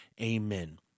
amen